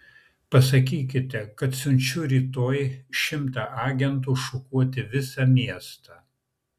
pasakykite kad siunčiu rytoj šimtą agentų šukuoti visą miestą